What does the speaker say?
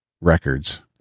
Records